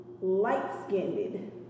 light-skinned